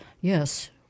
yes